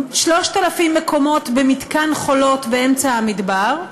3,000 מקומות במתקן "חולות" באמצע המדבר.